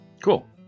Cool